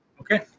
Okay